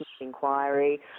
inquiry